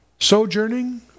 Sojourning